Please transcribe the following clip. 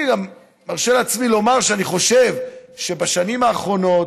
אני מרשה לעצמי לומר שאני חושב שבשנים האחרונות,